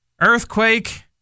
Earthquake